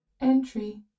Entry